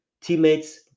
teammates